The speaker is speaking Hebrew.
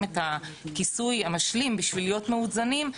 את הכיסוי המשלים בשביל להיות מאוזנים,